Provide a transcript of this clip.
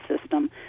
system